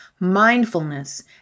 mindfulness